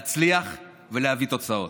להצליח ולהביא תוצאות.